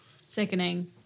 Sickening